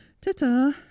Ta-ta